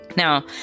Now